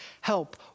help